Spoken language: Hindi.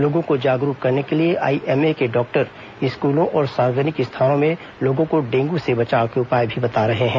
लोगों को जागरूक करने के लिए आईएमए के डॉक्टर स्कूलों और सार्वजनिक स्थानों में लोगों को डेंगू से बचाव के उपाय भी बता रहे हैं